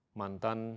mantan